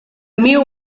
mill